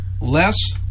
Less